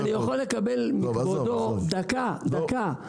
ועוד איך קשור.